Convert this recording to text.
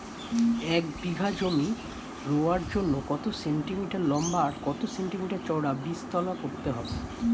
এক বিঘা জমি রোয়ার জন্য কত সেন্টিমিটার লম্বা আর কত সেন্টিমিটার চওড়া বীজতলা করতে হবে?